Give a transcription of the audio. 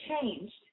changed